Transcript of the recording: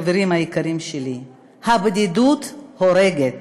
חברים יקרים שלי, הבדידות הורגת.